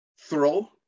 throw